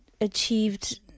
achieved